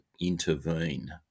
intervene